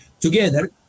together